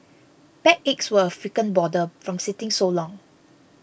backaches were a frequent bother from sitting so long